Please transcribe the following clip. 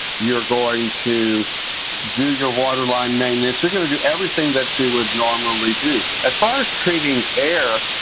you're going to do your waterline maintenance. you're going to do everything that you would normally do. as far as treating air,